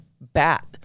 bat